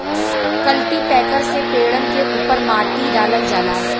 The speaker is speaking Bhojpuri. कल्टीपैकर से पेड़न के उपर माटी डालल जाला